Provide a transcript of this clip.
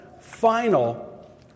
final